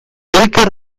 elkar